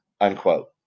unquote